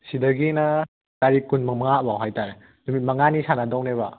ꯁꯤꯗꯒꯤꯅ ꯇꯥꯔꯤꯛ ꯀꯨꯟꯒ ꯃꯉꯥ ꯐꯥꯎ ꯍꯥꯏꯇꯥꯔꯦ ꯅꯨꯃꯤꯠ ꯃꯉꯥꯅꯤ ꯁꯥꯟꯅꯗꯧꯅꯦꯕ